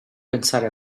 pensare